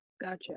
gotcha